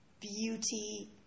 beauty